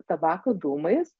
tabako dūmais